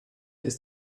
ist